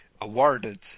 awarded